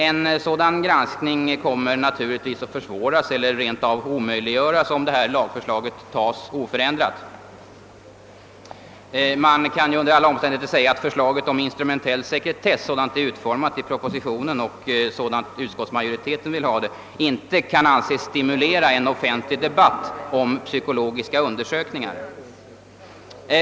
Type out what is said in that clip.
En sådan granskning kommer naturligtvis att försvåras eller rent av omöjliggöras, om föreliggande lagförslag antages oförändrat. Förslaget om instrumentell sekretess sådant det är utformat i propositionen och enligt utskottsmajoritetens utformning kan definitivt inte anses stimulera en offentlig debatt om psykologiska undersökningar.